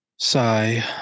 Sigh